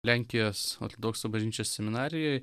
lenkijos ortodoksų bažnyčios seminarijoj